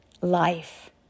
life